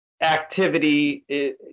activity